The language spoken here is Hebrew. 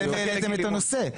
אתם העליתם את הנושא.